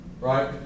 right